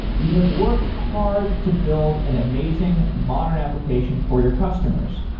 you have worked hard to build an amazing modern application for your customers.